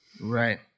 Right